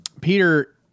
Peter